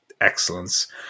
excellence